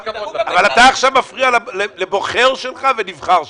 אבל אתה עכשיו לבוחר שלך ונבחר שלך.